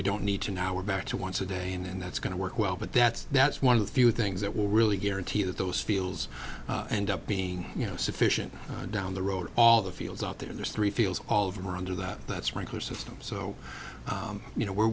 we don't need to now we're back to once a day and that's going to work well but that's that's one of the few things that will really guarantee that those fields end up being you know sufficient down the road all the fields out there there's three fields all of them are under that that's regular system so you know where